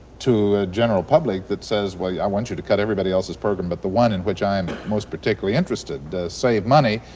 to a general public that says, i want you to cut everybody else's program but the one in which i am most particularly interested. save money,